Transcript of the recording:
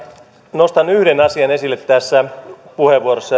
nostan yhden asian esille tässä puheenvuorossa ja